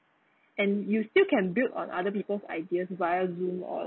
and you still can build on other people's ideas via zoom or